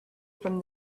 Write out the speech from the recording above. from